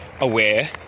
aware